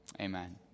amen